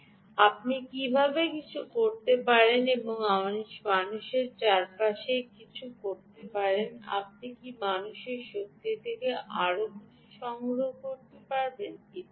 আপনি কীভাবে কিছু চেষ্টা করতে পারেন এবং আপনি মানুষের চারপাশে কিছু করতে পারেন আপনি কি মানুষের শক্তি থেকে আরও কিছু সংগ্রহ করতে পারেন ইত্যাদি